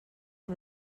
amb